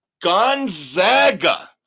Gonzaga